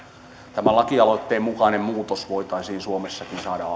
tämän lakialoitteen mukainen muutos voitaisiin suomessakin saada